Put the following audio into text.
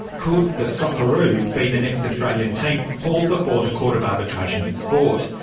could the socceroos be the next australian team hauled before the court of arbitration for sport?